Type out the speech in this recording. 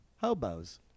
hobos